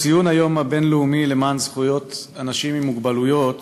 ציון היום הבין-לאומי למען זכויות אנשים עם מוגבלויות